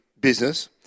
business